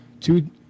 Two